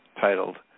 titled